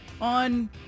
on